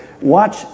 Watch